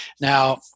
Now